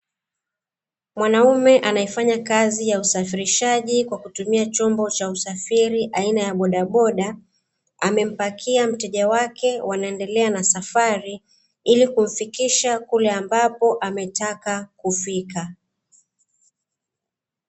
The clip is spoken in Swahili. Mwamaume anayefanya kazi ya usafirishaji kwa kutumia chombo cha usafiri aina ya Bodaboda, amempakia mteja wake wanaendelea na safari ili kumfikisha kule ambako ametaka kufika.